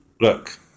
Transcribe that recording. look